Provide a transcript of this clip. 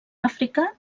àfrica